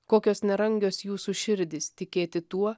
kokios nerangios jūsų širdys tikėti tuo